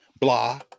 Blah